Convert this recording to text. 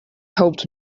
helped